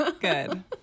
good